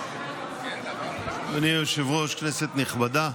אדוני היושב-ראש, כנסת נכבדה,